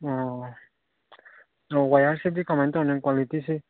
ꯑꯣ ꯑꯣ ꯋꯥꯌꯥꯔꯁꯤꯗꯤ ꯀꯃꯥꯏ ꯇꯧꯅꯤ ꯀ꯭ꯋꯥꯂꯤꯇꯤꯁꯤ